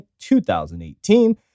2018